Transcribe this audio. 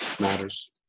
matters